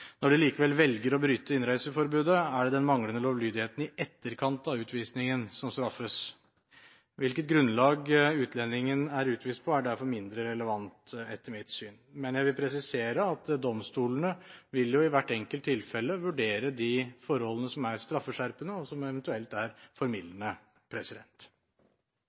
Når de likevel velger å bryte innreiseforbudet, er det den manglende lovlydigheten i etterkant av utvisningen som straffes. Hvilket grunnlag utlendingen er utvist på, er derfor mindre relevant, etter mitt syn. Men jeg vil presisere at domstolene vil i hvert enkelt tilfelle vurdere de forholdene som er straffeskjerpende, og de som eventuelt er